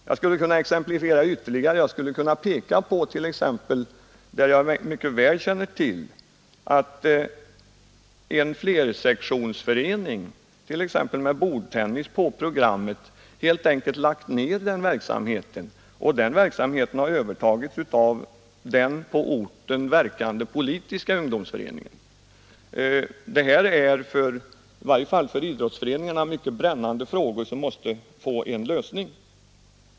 Jag skulle kunna anföra ytterligare exempel. Jag känner exempelvis mycket väl till ett fall där en flersektionsförening med bordtennis på programmet helt enkelt lagt ned denna verksamhet, som i stället har övertagits av den på orten verkande politiska ungdomsföreningen. Detta är i varje fall för idrottsföreningarna mycket brännande frågor som måste få en lösning.